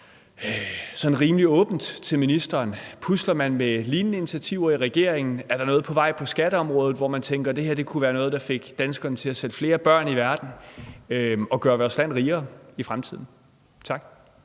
sådan rimelig åbent til ministeren: Pusler man med lignende initiativer i regeringen, er der noget på vej på skatteområdet, hvor man tænker det her kunne være noget, der fik danskerne til at sætte flere børn i verden og gør vores land rigere i fremtiden? Tak.